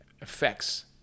effects